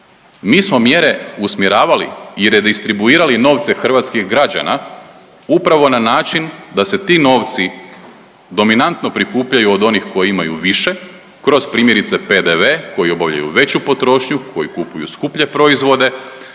Mi smo mjere usmjeravali i redistribuirali novce hrvatskih građana upravo na način da se ti novci dominantno prikupljaju od onih koji imaju više kroz primjerice PDV, koji obavljaju veću potrošnju, koji kupuju skuplje proizvode